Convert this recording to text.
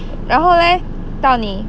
然后 leh 到你